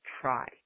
try